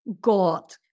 god